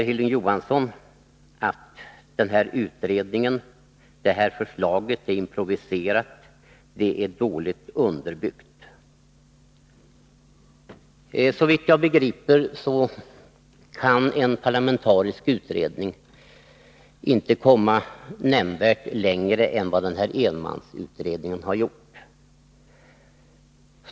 Hilding Johansson säger att förslaget är improviserat och dåligt underbyggt. Såvitt jag begriper kan en parlamentarisk utredning inte komma nämnvärt längre än vad denna enmansutredning har gjort.